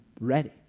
ready